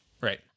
Right